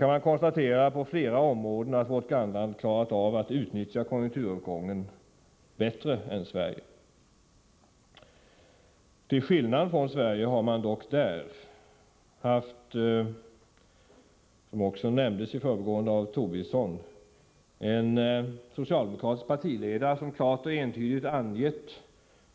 Man kan konstatera att vårt grannland Danmark på flera områden har klarat av att utnyttja konjunkturuppgången bättre än Sverige. Till skillnad från Sverige har dock Danmark, vilket i förbigående också nämndes av Lars Tobisson, haft en socialdemokratisk partiledare som klart och entydigt angett